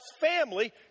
family